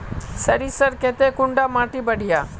सरीसर केते कुंडा माटी बढ़िया?